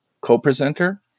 co-presenter